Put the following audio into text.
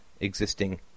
existing